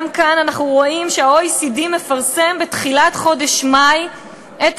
גם כאן אנחנו רואים שה-OECD מפרסם בתחילת חודש מאי את